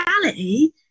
reality